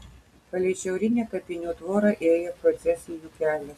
palei šiaurinę kapinių tvorą ėjo procesijų kelias